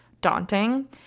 daunting